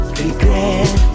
regret